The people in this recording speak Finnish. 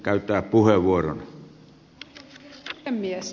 asian käsittely keskeytetään